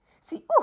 See